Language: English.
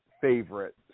favorite